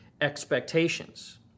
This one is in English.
expectations